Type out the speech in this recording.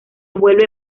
vuelve